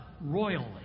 royally